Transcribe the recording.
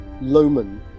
loman